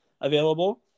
available